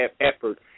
effort